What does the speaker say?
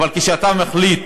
אבל כשאתה מחליט